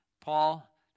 Paul